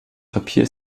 papier